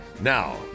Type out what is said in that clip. Now